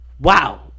Wow